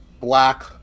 Black